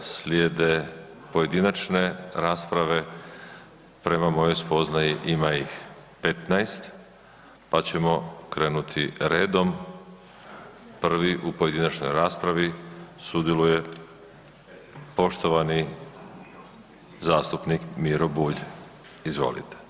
Slijede pojedinačne rasprave, prema mojoj spoznaji ima ih 15 pa ćemo krenuti redom, prvi u pojedinačnoj raspravi sudjeluje poštovani zastupnik Miro Bulj, izvolite.